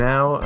Now